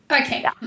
Okay